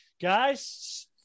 guys